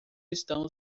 estão